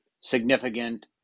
significant